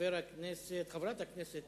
חבר הכנסת